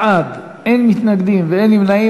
30 בעד, אין מתנגדים ואין נמנעים.